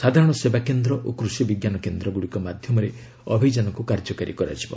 ସାଧାରଣ ସେବାକେନ୍ଦ୍ର ଓ କୃଷି ବିଜ୍ଞାନ କେନ୍ଦ୍ରଗୁଡ଼ିକ ମାଧ୍ୟମରେ ଅଭିଯାନକୁ କାର୍ଯ୍ୟକାରୀ କରାଯିବ